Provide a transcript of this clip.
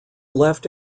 left